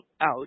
out